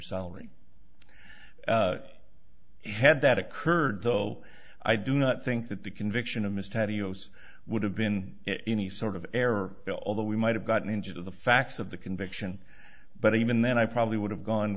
salary had that occurred though i do not think that the conviction of mist had us would have been any sort of error although we might have gotten into the facts of the conviction but even then i probably would have gone